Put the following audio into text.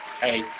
Hey